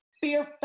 fear